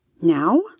now